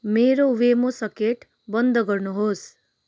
मेरो वेमो सकेट बन्द गर्नुहोस्